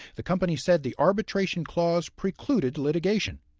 the company said the arbitration clause precluded litigation.